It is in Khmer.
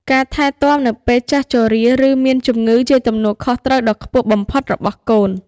ការថែទាំនៅពេលចាស់ជរា ឬមានជម្ងឺជាទំនួលខុសត្រូវដ៏ខ្ពស់បំផុតរបស់កូន។